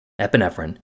epinephrine